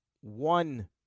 One